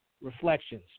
Reflections